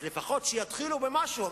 לפחות שיתחילו במשהו.